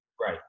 right